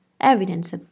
evidence